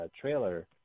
trailer